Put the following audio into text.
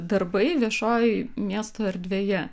darbai viešojoj miesto erdvėje